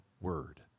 word